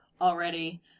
already